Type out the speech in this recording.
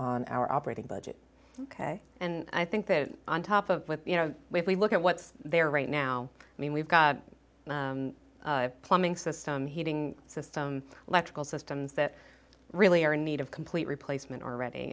on our operating budget ok and i think that on top of that you know if we look at what's there right now i mean we've got plumbing system heating system electrical systems that really are in need of complete replacement already